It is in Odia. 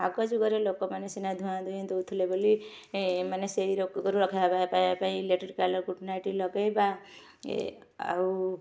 ଆଗଯୁଗରେ ଲୋକମାନେ ସିନା ଧୂଆଁଧୂଇଁ ଦଉଥିଲେ ବୋଲି ଏମାନେ ସେଇ ରୋଗରୁ ରକ୍ଷା ପାଇବା ପାଇବା ପାଇଁ ଇଲେକଟ୍ରିକାଲ ଗୁଡ଼ନାଇଟି ଲଗାଇବା ଆଉ